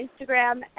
Instagram